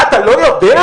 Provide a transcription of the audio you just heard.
אתה לא יודע?